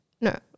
No